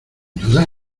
duda